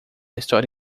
história